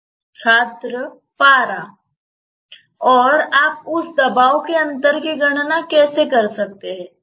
छात्रपारा और आप उस दबाव के अंतर की गणना कैसे कर सकते हैं